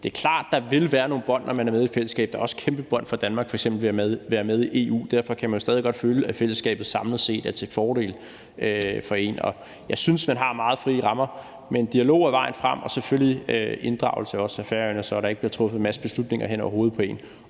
Det er klart, at der vil være nogle bånd, når man er med i et fællesskab. Der er også kæmpe bånd for Danmark ved f.eks. at være med i EU, men derfor kan man stadig godt føle, at fællesskabet samlet set er til fordel for en. Jeg synes, at man har meget frie rammer, men dialog er vejen frem – og selvfølgelig også inddragelse af Færøerne, så der ikke bliver truffet en masse beslutninger hen over hovedet på en,